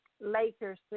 Lakers